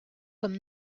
comme